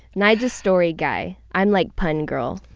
nyge is story guy. i'm like pun girl.